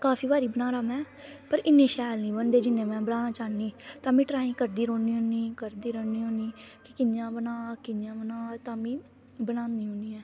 काफी बारी बनाना में पर इनने शैल नीं बनदे जि'ने में बनाना चाह्नी पर में ट्राई करदी रौह्नी करदी रौह्नी केह् कियां बनाना कियां तामीं बनांदे